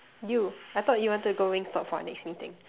you I thought you want to go wing stop for our next meeting